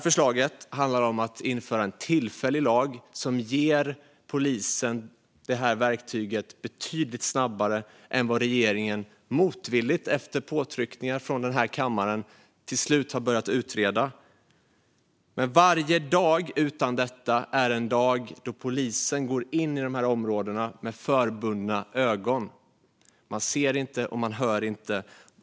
Förslaget handlar om att införa en tillfällig lag som ger polisen detta verktyg betydligt snabbare än vad regeringen - motvilligt efter påtryckningar från den här kammaren - till slut har börjat utreda. Men varje dag utan detta är en dag då polisen går in i dessa områden med förbundna ögon. Man ser inte och hör inte.